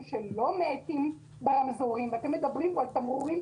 שלא מאטים ברמזורים ואתם מדברים כאן על תמרורים.